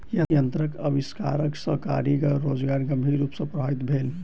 यंत्रक आविष्कार सॅ कारीगरक रोजगार गंभीर रूप सॅ प्रभावित भेल